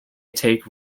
take